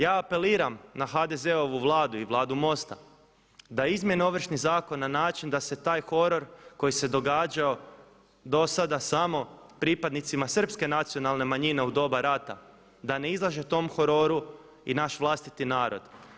Ja apeliram na HDZ-ovu Vladu i Vladu MOST-a da izmjene Ovršni zakon na način da se taj horor koji se događao dosada samo pripadnicima srpske nacionalne manjine u doba rata da ne izlaže tom hororu i naš vlastiti narod.